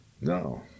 No